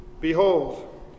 Behold